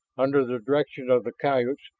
under the direction of the coyotes,